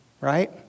right